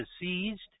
deceased